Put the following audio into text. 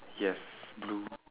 yes blue